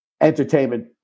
entertainment